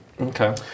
Okay